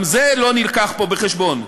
גם זה לא הובא פה בחשבון.